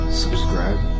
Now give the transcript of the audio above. subscribe